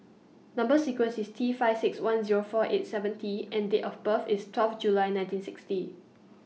Number sequence IS T five six one Zero four eight seven T and Date of birth IS twelve July nineteen sixty